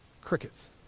Crickets